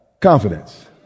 confidence